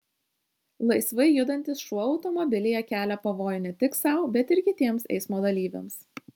laisvai judantis šuo automobilyje kelia pavojų ne tik sau bet ir kitiems eismo dalyviams